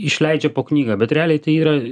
išleidžia po knygą bet realiai tai yra